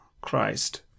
Christ